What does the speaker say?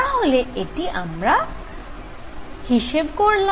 তাহলে এটি আমাদের হিসেব করা হয়ে গেল